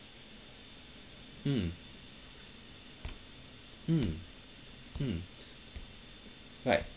mm mm mm right